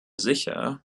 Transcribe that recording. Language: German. sicher